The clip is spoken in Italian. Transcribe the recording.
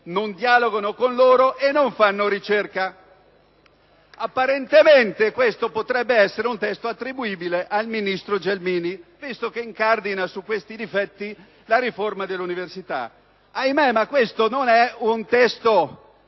non dialogano con loro e non fanno ricerca». Apparentemente, questo potrebbe essere un testo attribuibile al ministro Gelmini, visto che ella incardina su questi difetti la riforma dell'università. Ahimé, questo non è un testo